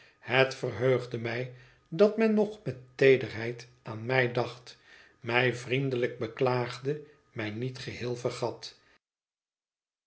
hét verheugde mij dat men nog met teederheid aan mij dacht mij vriendelijk beklaagde mij niet geheel vergat